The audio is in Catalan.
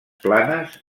planes